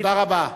תודה רבה.